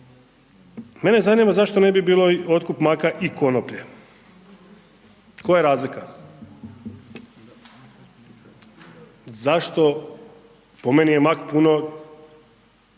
Mene zanima zašto ne bi bilo i otkup maka i konoplje, koja je razlika? Zašto, po meni je mak puno,